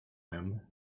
him